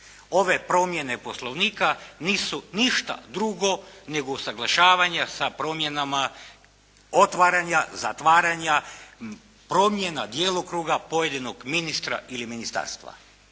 Ove promjene Poslovnika nisu ništa drugo nego usuglašavanja sa promjenama, otvaranja, zatvaranja, promjena djelokruga pojedinog ministra ili ministarstva.